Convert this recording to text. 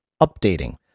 updating